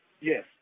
Yes